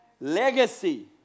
Legacy